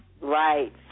Right